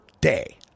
day